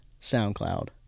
SoundCloud